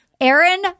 Aaron